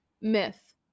myth